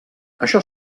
això